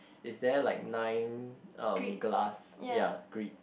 is there like nine um glass ya grid